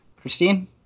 christine